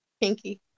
Pinky